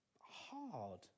hard